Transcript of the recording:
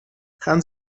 gaan